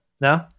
no